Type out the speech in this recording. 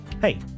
Hey